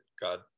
God